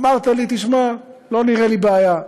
אמרת לי: תשמע, לא נראה לי בעיה.